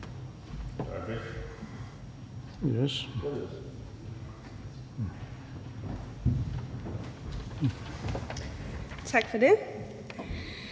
Tak for det.